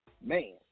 man